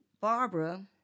Barbara